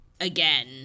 again